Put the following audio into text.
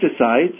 pesticides